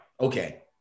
okay